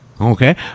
Okay